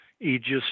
Aegis